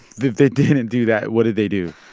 they they didn't do that, what did they do?